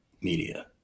media